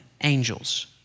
angels